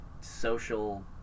social